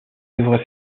devraient